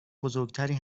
بزرگتری